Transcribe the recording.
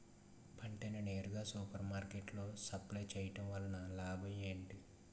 పంట ని నేరుగా సూపర్ మార్కెట్ లో సప్లై చేయటం వలన లాభం ఏంటి?